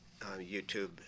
YouTube